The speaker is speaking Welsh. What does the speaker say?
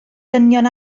dynion